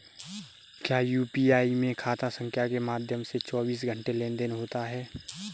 क्या यू.पी.आई में खाता संख्या के माध्यम से चौबीस घंटे लेनदन होता है?